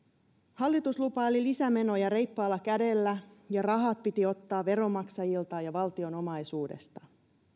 hallitus lupaili lisämenoja reippaalla kädellä ja rahat piti ottaa veronmaksajilta ja valtion omaisuudesta